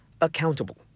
accountable